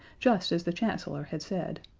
just as the chancellor had said.